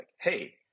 hey